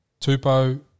Tupo